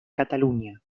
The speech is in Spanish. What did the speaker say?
cataluña